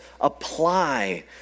apply